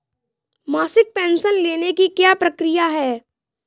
मासिक पेंशन लेने की क्या प्रक्रिया है?